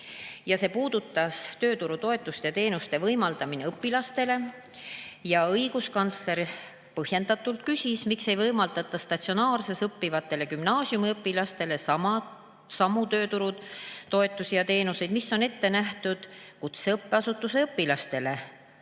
See puudutas tööturutoetuste ja teenuste võimaldamist õpilastele. Õiguskantsler küsis, põhjendatult, miks ei võimaldata statsionaarses õppes õppivatele gümnaasiumiõpilastele samu tööturutoetusi ja ‑teenuseid, mis on ette nähtud kutseõppeasutuse õpilastele,